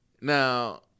Now